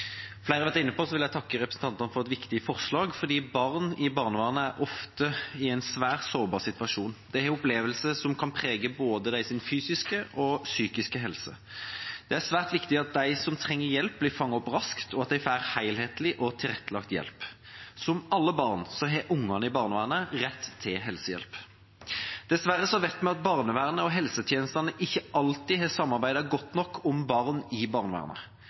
vil også jeg takke representantene for et viktig forslag. Barn i barnevernet er ofte i en svært sårbar situasjon. De har opplevelser som kan prege både deres fysiske og psykiske helse. Det er svært viktig at de som trenger hjelp, blir fanget opp raskt, og at de får helhetlig og tilrettelagt hjelp. Som alle barn har barna i barnevernet rett til helsehjelp. Dessverre vet vi at barnevernet og helsetjenestene ikke alltid har samarbeidet godt nok om barn i barnevernet.